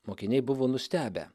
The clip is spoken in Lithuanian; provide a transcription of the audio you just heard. mokiniai buvo nustebę